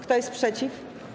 Kto jest przeciw?